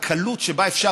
הקלות שבה אפשר,